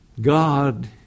God